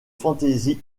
fantasy